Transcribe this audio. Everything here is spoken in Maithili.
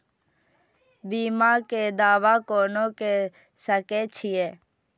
बीमा के दावा कोना के सके छिऐ?